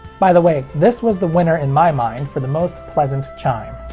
by the way, this was the winner in my mind for the most pleasant chime.